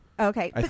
okay